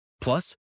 Plus